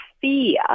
fear